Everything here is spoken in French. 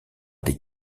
des